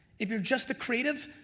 if you're just a creative,